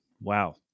Wow